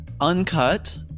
Uncut